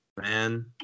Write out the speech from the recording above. man